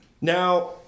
Now